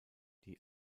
die